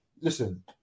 listen